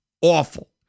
awful